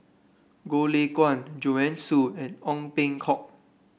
Goh Lay Kuan Joanne Soo and Ong Peng Hock